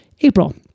April